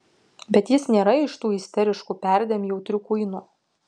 bet jis nėra iš tų isteriškų perdėm jautrių kuinų